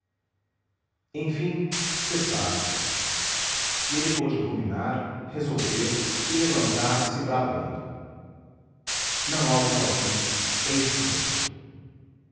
dormir enfim cessaram e ele pôde ruminar resolver e levantar-se bradando não há outro alvitre é isto mesmo